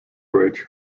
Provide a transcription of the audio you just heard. bridge